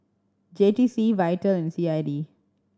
J T C Vital and C I D